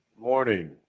Morning